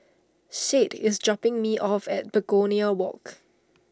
Shade is dropping me off at Begonia Walk